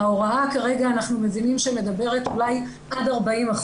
ההוראה כרגע אנחנו מבינים שמדברת אולי עד 40%,